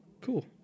Cool